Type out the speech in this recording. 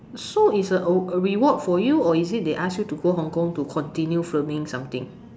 so it's a reward for you or is it they ask you to go Hong-Kong to continue filming something